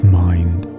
mind